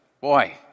Boy